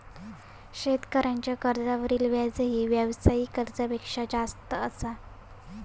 शेतकऱ्यांच्या कर्जावरील व्याजही व्यावसायिक कर्जापेक्षा जास्त असा